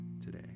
today